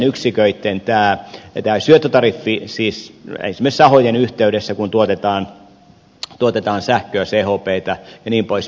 sitten on erikseen näitten pienten yksiköitten syöttötariffi esimerkiksi sahojen yhteydessä kun tuotetaan sähköä chptä jnp